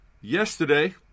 Yesterday